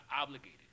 obligated